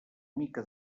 mica